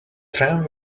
tram